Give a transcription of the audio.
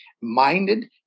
minded